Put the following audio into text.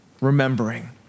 remembering